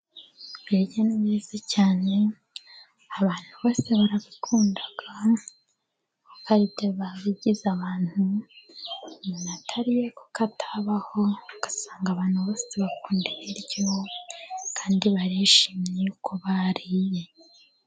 Ibiryo ni byiza cyane, abantu bose barabikunda kuko ari byo biba bigize abantu , umuntu ataririye kuko atabaho. Ugasanga abantu bose bakunda ibiryo kandi barishimye kuko bariye.